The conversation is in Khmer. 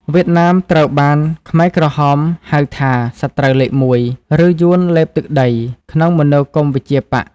វៀតណាមត្រូវបានខ្មែរក្រហមហៅថា «សត្រូវលេខមួយ» ឬ «យួនលេបទឹកដី» ក្នុងមនោគមវិជ្ជាបក្ស។